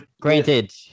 Granted